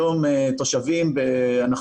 היום תושבים לא